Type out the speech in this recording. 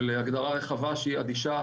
הגדרה רחבה שהיא אדישה